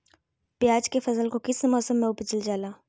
प्याज के फसल को किस मौसम में उपजल जाला?